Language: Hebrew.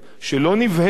שלא נבהלת,